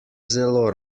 zelo